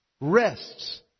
rests